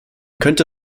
könnte